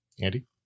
Andy